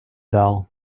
doll